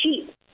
cheap